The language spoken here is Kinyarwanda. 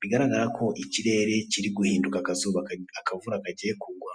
bigaragara ko ikirere kiri guhindura, akazuba kagiye kugwa.